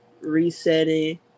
Resetting